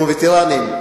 כמו וטרנים,